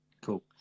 cool